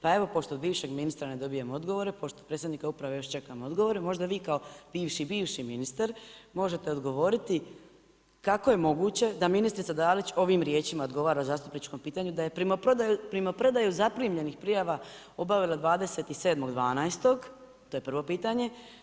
Pa evo, pošto od bivšeg ministra ne dobivam odgovore, pošto od predsjednika uprave još čekam odgovor, možda vi kao bivši, bivši ministar možete odgovoriti kako je moguće da ministrica Dalić ovim riječima odgovora na zastupničko pitanje, da je primopredaja zaprimljenih prijava obavila 27.12., to je prvo pitanje.